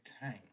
time